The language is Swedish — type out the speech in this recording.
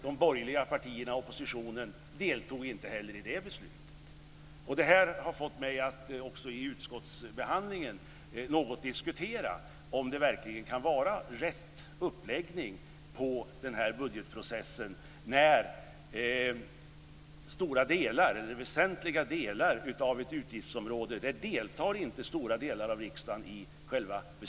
De borgerliga partierna, oppositionen, deltog inte heller i det beslutet. Det här har fått mig att i utskottsbehandlingen något diskutera om det verkligen kan vara rätt uppläggning på budgetprocessen när stora delar av riksdagen inte deltar i själva beslutsfattandet om väsentliga delar av ett utgiftsområde.